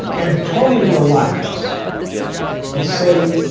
and totally relax, and say